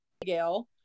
Gail